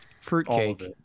Fruitcake